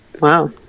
Wow